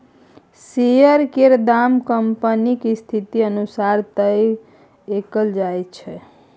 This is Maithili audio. शेयर केर दाम कंपनीक स्थिति अनुसार तय कएल जाइत छै